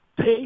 Pay